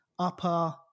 upper